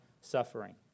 suffering